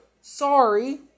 sorry